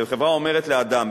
כשחברה אומרת לאדם,